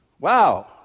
Wow